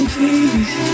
Please